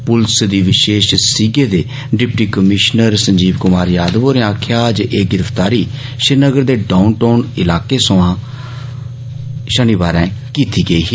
पुलस दे विषेश सीगें दे डिप्टी कमीषनर संजीव कुमार यादव होरें आक्खेआ जे एह गिरफ्तारी श्रीनगर दे डाउन टाउन इलाके सोरा थमां षनिवारें कीती गेई ही